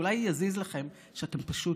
אולי יזיז לכם שאתם פשוט